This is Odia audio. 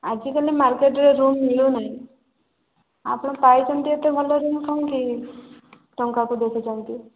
ଆଜିକାଲି ମାର୍କେଟରେ ରୁମ୍ ମିଳୁନାହିଁ ଆପଣ ପାଇଛନ୍ତି ଏତେ ଭଲ ରୁମ କାହିଁକି ଟଙ୍କାକୁ ଦେଖୁଛନ୍ତି